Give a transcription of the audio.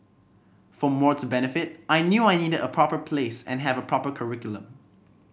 for more to benefit I knew I needed a proper place and have a proper curriculum